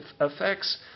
effects